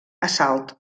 assalt